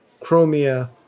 Chromia